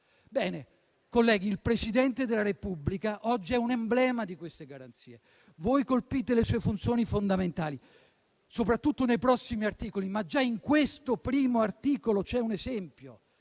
Ebbene, colleghi, il Presidente della Repubblica oggi è un emblema di queste garanzie. Voi colpite le sue funzioni fondamentali, soprattutto con i prossimi articoli del testo, ma già questo primo articolo ne contiene un esempio: